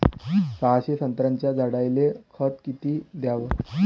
सहाशे संत्र्याच्या झाडायले खत किती घ्याव?